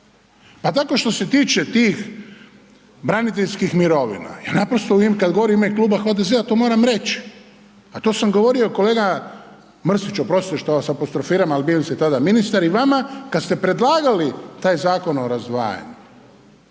Pa dakle što se tiče tih braniteljskih mirovina, ja naprosto kad govorim u ime Kluba HDZ-a to moram reći, a to sam govorio kolega Mrsić oprostite što vas apostrofiram, ali bili ste tada ministar i vama kad ste predlagali taj zakon o razdvajanju.